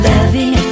Loving